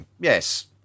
yes